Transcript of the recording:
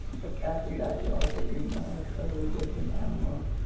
but cats in back yards at midnight are totally different animals.